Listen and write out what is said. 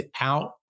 out